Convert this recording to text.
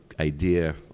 idea